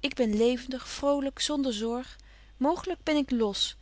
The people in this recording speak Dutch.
ik ben levendig vrolyk zonder zorg mooglyk ben ik los